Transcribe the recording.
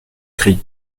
cri